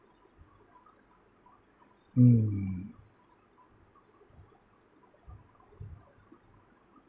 mm